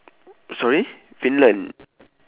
sorry finland